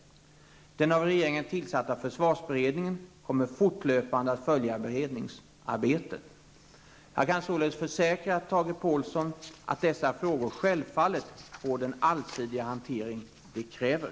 Den av regeringen tillsatta försvarsberedningen kommer fortlöpande att följa beredningsarbetet. Jag kan således försäkra Tage Påhlsson att dessa frågor självfallet får den allsidiga hantering de kräver.